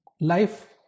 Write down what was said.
Life